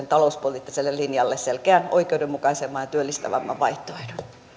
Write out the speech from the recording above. talouspoliittiselle linjalle selkeän oikeudenmukaisemman ja työllistävämmän vaihtoehdon